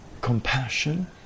Compassion